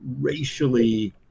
racially